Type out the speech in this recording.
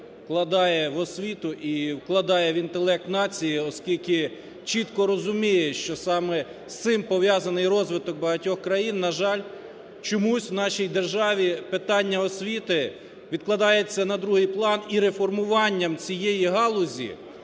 вкладає в освіту і вкладає в інтелект нації, оскільки чітко розуміє, що саме з цим пов'язаний розвиток багатьох країн, на жаль, чомусь в нашій державі питання освіти відкладається на другий план і реформуванням цієї галузі